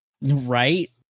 Right